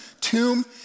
tomb